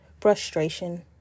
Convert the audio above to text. Frustration